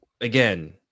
again